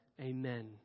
Amen